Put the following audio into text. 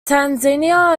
tanzania